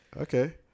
Okay